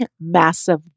massive